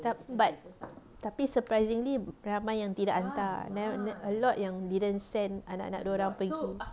tapi but tapi surprisingly ramai yang tidak hantar never never a lot didn't send anak-anak dorang pergi